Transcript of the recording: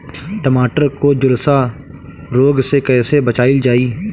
टमाटर को जुलसा रोग से कैसे बचाइल जाइ?